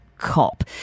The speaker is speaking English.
cop